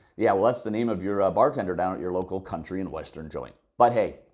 yeah well, that's the name of your ah bartender down at your local country and western joint. but hey,